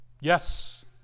Yes